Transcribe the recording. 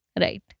Right